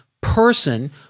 person